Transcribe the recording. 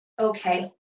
Okay